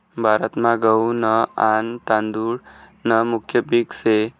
भारतमा गहू न आन तादुळ न मुख्य पिक से